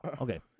Okay